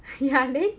ya then